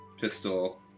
Pistol